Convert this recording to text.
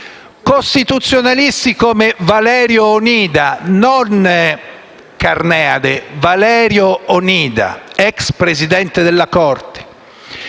costituzionalisti come Valerio Onida (non Carneade, ma Valerio Onida, ex Presidente della Corte